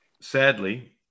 Sadly